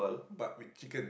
but with chicken